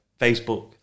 Facebook